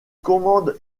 commande